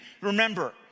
Remember